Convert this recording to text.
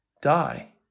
die